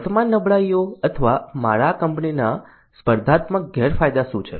વર્તમાન નબળાઈઓ અથવા મારા કંપનીના સ્પર્ધાત્મક ગેરફાયદા શું છે